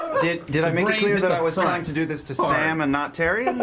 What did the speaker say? did did i make it clear that i was trying to do this to sam and not tary?